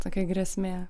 tokia grėsmė